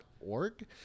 Org